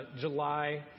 July